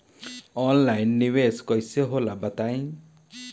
Online निवेस कइसे होला बताईं?